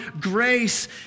grace